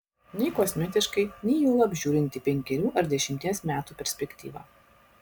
nei kosmetiškai nei juolab žiūrint į penkerių ar dešimties metų perspektyvą